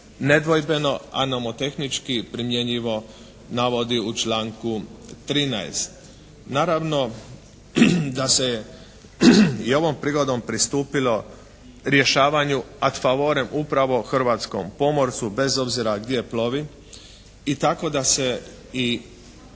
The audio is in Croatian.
nedvojbeno, a nomotehnički primjenjivo navodi u članku 13. Naravno da se je i ovom prigodom pristupilo rješavanju ad favorem upravo hrvatskom pomorcu bez obzira gdje plovi i tako da se i